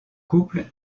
couple